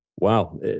Wow